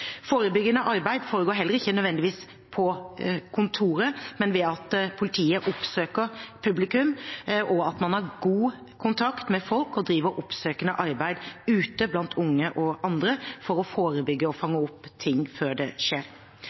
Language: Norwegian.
Forebyggende arbeid foregår heller ikke nødvendigvis på kontoret, men ved at politiet oppsøker publikum, og at man har god kontakt med folk og driver oppsøkende arbeid ute blant unge og andre for å forebygge og fange opp ting før det skjer.